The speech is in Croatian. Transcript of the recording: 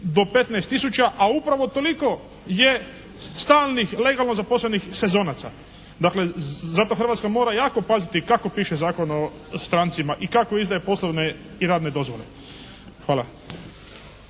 do 15 tisuća, a upravo toliko je stalnih, legalno zaposlenih sezonaca. Dakle zato Hrvatska mora jako paziti kako piše Zakon o strancima i kako izdaje poslovne i radne dozvole. Hvala.